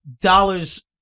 dollars